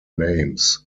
names